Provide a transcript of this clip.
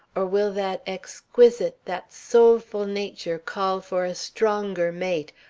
or will that exquisite, that soulful nature call for a stronger mate,